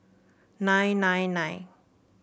nine nine nine